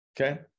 Okay